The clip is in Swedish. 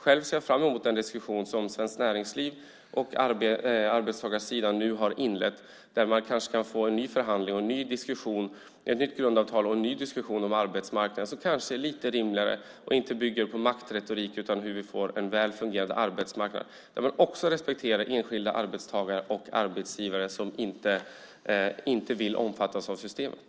Själv ser jag fram emot den diskussion som Svenskt Näringsliv och arbetstagarsidan nu har inlett, där man kanske kan få ett nytt grundavtal och en ny diskussion om arbetsmarknaden som kanske är lite rimligare och inte bygger på maktretorik utan på hur vi får en väl fungerande arbetsmarknad. Jag vill också respektera enskilda arbetstagare och arbetsgivare som inte vill omfattas av systemet.